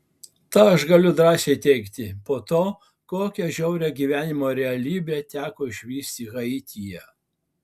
tą aš galiu drąsiai teigti po to kokią žiaurią gyvenimo realybę teko išvysti haityje